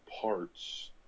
parts